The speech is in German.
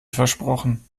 versprochen